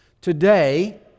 Today